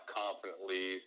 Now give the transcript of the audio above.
confidently